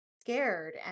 scared